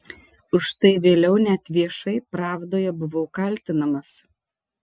už tai vėliau net viešai pravdoje buvau kaltinamas